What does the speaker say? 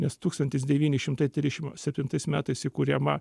nes tūkstantis devyni šimtai trisdešimt septintais metais įkuriama